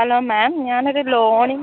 hello ma'am ഞാനൊരു ലോണിന്